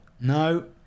no